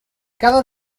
cada